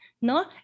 no